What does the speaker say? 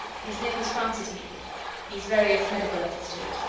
his name is francis meekin he's various medical letters to it.